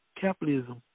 capitalism